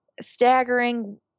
staggering